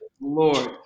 Lord